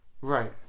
Right